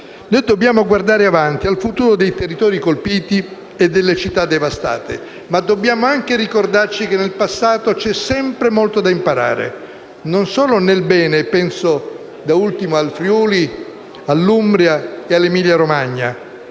Dobbiamo guardare avanti, al futuro dei territori colpiti e delle città devastate, ma dobbiamo anche ricordarci che dal passato c'è sempre molto da imparare, non solo nel bene - e penso da ultimo al Friuli, all'Umbria e all'Emilia-Romagna